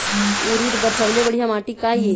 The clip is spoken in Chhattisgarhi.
उरीद बर सबले बढ़िया माटी का ये?